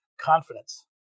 confidence